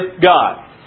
God